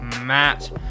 Matt